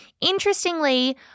Interestingly